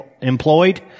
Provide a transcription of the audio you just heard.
employed